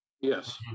Yes